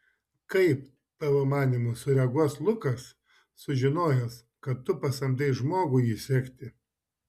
kaip tavo manymu sureaguos lukas sužinojęs kad tu pasamdei žmogų jį sekti